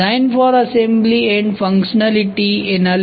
तोडिज़ाइन for assembly and functionality analysis का ध्यान रखा जाता है